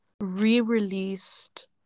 re-released